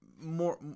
More